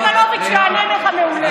סגלוביץ' יענה לך מעולה.